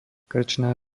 krčná